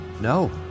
no